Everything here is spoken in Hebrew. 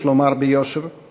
יש לומר ביושר,